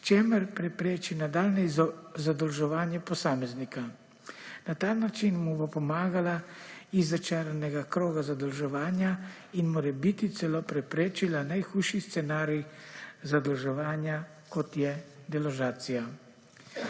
s čimer prepreči nadaljnje zadolževanje posameznika. Na ta način mu bo pomagala iz začaranega kroga zadolževanja in morebiti celo preprečila najhujši scenarij zadolževanja kot je deložacija.